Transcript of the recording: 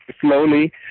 slowly